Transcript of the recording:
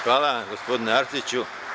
Hvala gospodine Arsiću.